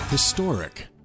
Historic